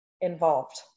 involved